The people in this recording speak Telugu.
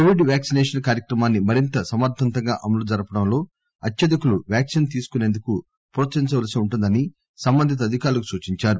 కోవిడ్ వ్యాక్పినేషన్ కార్యక్రమాన్సి మరింత సమర్దవంతంగా అమలు జరపడంలో అత్యధికులు వ్యాక్సిన్ తీసుకునేందుకు ప్రోత్సహించవలసి వుంటుందని సంబంధిత అధికారులకు సూచించారు